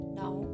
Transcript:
now